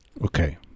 Okay